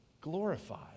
glorified